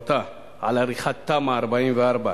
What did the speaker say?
הורתה על עריכת תמ"א 44,